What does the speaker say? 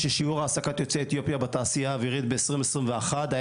שיעור העסקת יוצאי אתיופיה בתעשייה אווירית ב-2021 היה